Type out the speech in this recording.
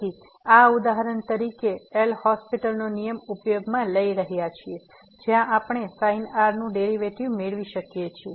તેથી આ ઉદાહરણ તરીકે એલ'હોપીટલL'hospital's નો નિયમ ઉપયોગ માં લઇ રહ્યા છીએ જ્યાં આપણે sin r નું ડેરીવેટીવ મેળવી શકીએ છીએ